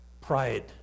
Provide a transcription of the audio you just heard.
pride